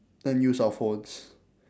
then use our phones